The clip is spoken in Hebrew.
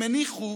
הם הניחו